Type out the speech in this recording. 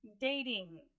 dating